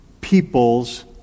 people's